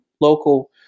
local